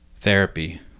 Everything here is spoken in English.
therapy